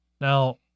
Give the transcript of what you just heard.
Now